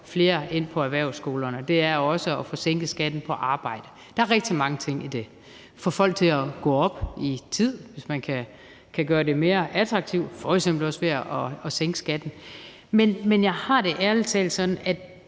flere ind på erhvervsskolerne, og det er også at få sænket skatten på arbejde. Der er rigtig mange ting i det. Det gælder også at få folk til at gå op i tid, hvis man kan gøre det mere attraktivt, f.eks. også ved at sænke skatten. Men jeg har det ærlig talt sådan, at